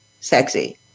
sexy